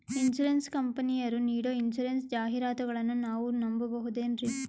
Insurance ಕಂಪನಿಯರು ನೀಡೋ insurance ಜಾಹಿರಾತುಗಳನ್ನು ನಾವು ನಂಬಹುದೇನ್ರಿ?